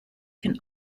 can